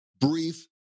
brief